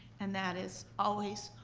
and that is always,